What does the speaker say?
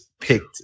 picked